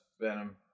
Venom